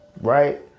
Right